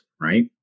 right